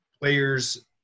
players